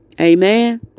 Amen